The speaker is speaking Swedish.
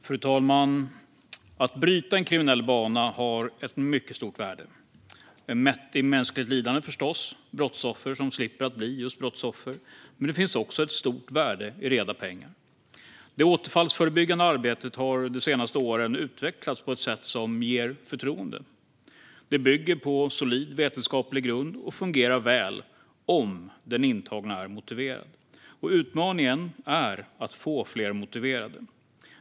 Fru talman! Att bryta en kriminell bana har ett mycket stort värde, mätt i mänskligt lidande förstås och brottsoffer som slipper att bli just brottsoffer, men det finns också ett stort värde i reda pengar. Det återfallsförebyggande arbetet har under de senaste åren utvecklats på ett sätt som inger förtroende. Det bygger på solid vetenskaplig grund och fungerar väl om den intagna är motiverad. Utmaningen är att få fler motiverade.